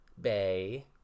Bay